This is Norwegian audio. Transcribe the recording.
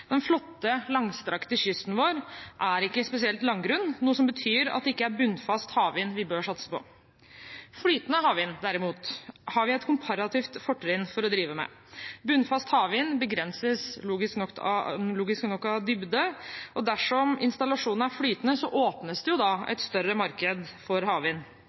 Den flotte, langstrakte kysten vår er ikke spesielt langgrunn, noe som betyr at det ikke er bunnfast havvind vi bør satse på. Flytende havvind, derimot, har vi et komparativt fortrinn for å drive med. Bunnfast havvind begrenses logisk nok av dybde, og dersom installasjonen er flytende, åpnes det et større marked for havvind.